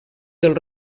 del